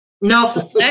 No